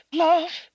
love